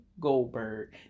Goldberg